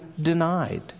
denied